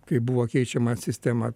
kai buvo keičiama sistema